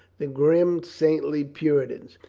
the grim, saintly puritans,